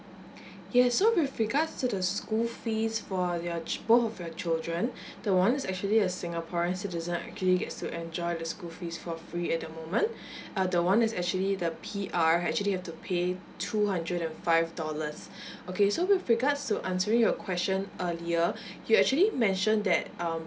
yes so with regards to the school fees for your ch~ both of your children the one is actually a singaporean citizen actually gets to enjoy the school fees for free at the moment uh the one is actually the P_R actually have to pay two hundred and five dollars okay so with regards to answering your question earlier you actually mention that um